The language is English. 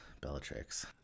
Bellatrix